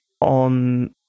on